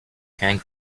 hang